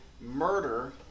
murder